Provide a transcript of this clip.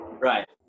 Right